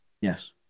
Yes